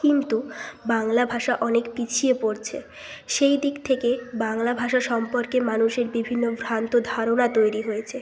কিন্তু বাংলা ভাষা অনেক পিছিয়ে পড়ছে সেই দিক থেকে বাংলা ভাষা সম্পর্কে মানুষের বিভিন্ন ভ্রান্ত ধারণা তৈরি হয়েছে